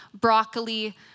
broccoli